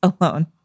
alone